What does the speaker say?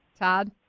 Todd